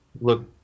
look